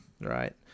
Right